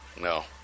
No